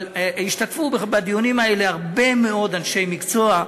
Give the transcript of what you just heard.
אבל השתתפו בדיונים האלה הרבה מאוד אנשי מקצוע.